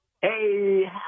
Hey